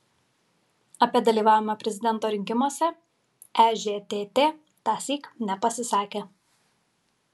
apie dalyvavimą prezidento rinkimuose ežtt tąsyk nepasisakė